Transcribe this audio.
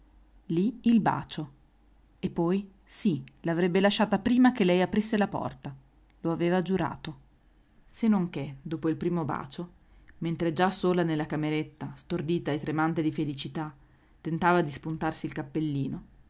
lì il bacio e poi sì l'avrebbe lasciata prima che lei aprisse la porta lo aveva giurato se non che dopo il primo bacio mentre già sola nella cameretta stordita e tremante di felicità tentava di spuntarsi il cappellino